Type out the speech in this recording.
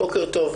בוקר טוב.